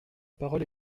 parole